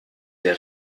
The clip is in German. der